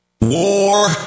WAR